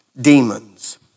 demons